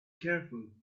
careful